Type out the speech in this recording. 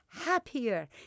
happier